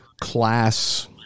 class